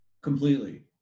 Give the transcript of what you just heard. completely